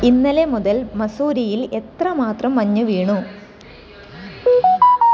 ഇന്നലെ മുതൽ മസൂറിയിൽ എത്ര മാത്രം മഞ്ഞ് വീണു